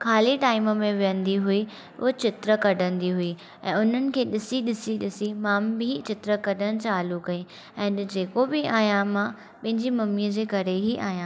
ख़ाली टाइम में विहंदी हुई उहा चित्र कढंदी हुई ऐं उन्हनि खे ॾिसी ॾिसी ॾिसी मां बि चित्र कढण चालू कई ऐं अॼु जेको बि आहियां मां मुंहिंजी मम्मीअ जे करे ई आहियां